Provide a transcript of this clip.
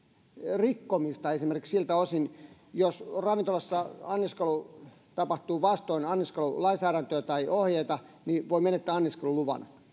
rikkomista esimerkiksi jos ravintolassa anniskelu tapahtuu vastoin anniskelulainsäädäntöä tai ohjeita niin voi menettää anniskeluluvan